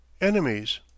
Enemies